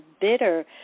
bitter